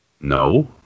No